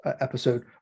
episode